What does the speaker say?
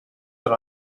that